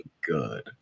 good